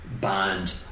band